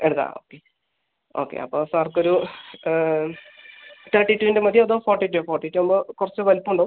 എടുക്കാം okay okay അപ്പോൾ സാർക്ക് ഒരു തെർട്ടി ടുവിൻ്റ മതിയോ അതോ ഫോർട്ടി ടു ഫോർട്ടി ടു ആവുമ്പോൾ കുറച്ച് വലിപ്പം ഉണ്ടാവും